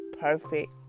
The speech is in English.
perfect